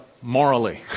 morally